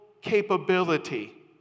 capability